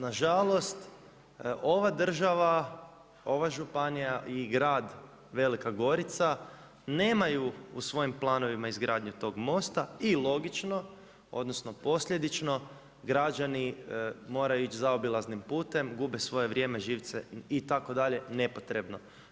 Na žalost, ova država, ova županija i grad Velika Gorica, nemaju u svojim planovima izgradnju tog mosta i logično, odnosno posljedično građani moraju ići zaobilaznim putem, gube svoje vrijeme, živce itd., nepotrebno.